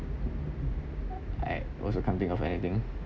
I also can't think of anything